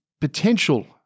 potential